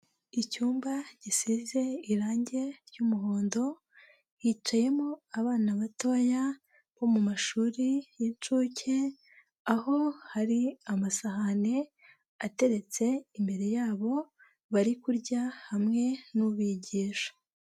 Icyumba gisize irangi ry'umuhondo hicayemo abana batoya bo mu mashuri y'inshuke aho hari amasahani ateretse imbere yabo bari kurya hamwe n'ubigisha.